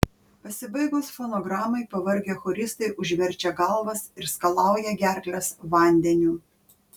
pasibaigus fonogramai pavargę choristai užverčia galvas ir skalauja gerkles vandeniu